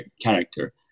character